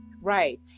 right